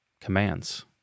commands